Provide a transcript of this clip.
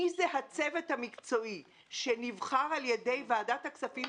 מי זה הצוות המקצועי שנבחר על ידי ועדת הכספים